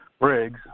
Briggs